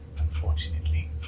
unfortunately